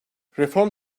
reform